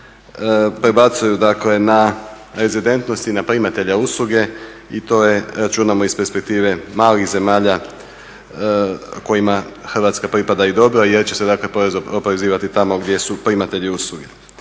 prebacuju dakle na rezidentnost i na primatelja usluge i to računamo iz perspektive malih zemalja kojima Hrvatska pripada … jer će se dakle porez oporezivati tamo gdje su primatelji usluge.